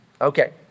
okay